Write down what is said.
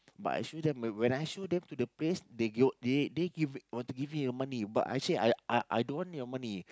but I show them when when I show them to the place they go they they give they want to give me a money but I say I I I don't want your money